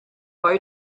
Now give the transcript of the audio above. bow